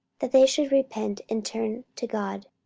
that they should repent and turn to god,